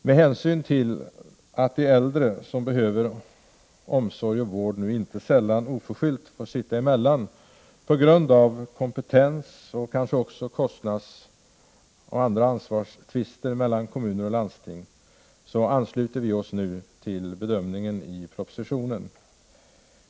Med hänsyn till att de äldre som behöver omsorg och vård inte sällan oförskyllt får sitta emellan på grund av kompetensoch kostnadstvister och andra ansvarstvister mellan kommuner och landsting, ansluter vi oss till bedömningen i propositionen.